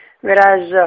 Whereas